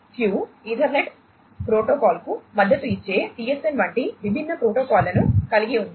1Q Ethernet ప్రోటోకాల్కు మద్దతు ఇచ్చే TSN వంటి విభిన్న ప్రోటోకాల్లను కలిగి ఉంది